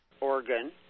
Oregon